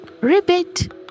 ribbit